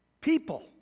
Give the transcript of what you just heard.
people